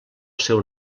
seu